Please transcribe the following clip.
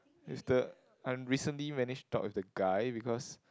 with the I recently managed to talk with the guy because